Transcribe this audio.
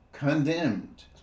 condemned